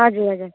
हजुर हजुर